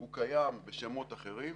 הוא קיים בשמות אחרים,